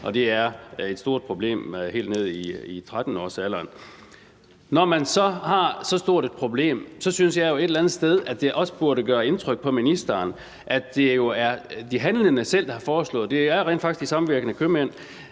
og involverer unge helt ned til 13-årsalderen. Når man har så stort et problem, synes jeg jo et eller andet sted, at det også burde gøre indtryk på ministeren, at det er de handlende selv, der har foreslået det. Det er rent faktisk De Samvirkende Købmænd,